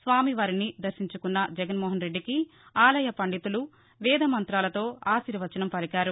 స్వామివారి వారిని దర్శించుకున్న జగన్మోహన్రెద్ది ఆలయ పండితులు వేదమంతాలతో ఆశీర్వచనం పలికారు